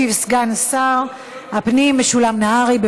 ישיב סגן שר הפנים משולם נהרי.